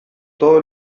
todo